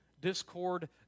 discord